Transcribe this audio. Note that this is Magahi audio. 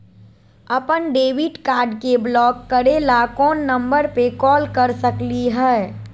अपन डेबिट कार्ड के ब्लॉक करे ला कौन नंबर पे कॉल कर सकली हई?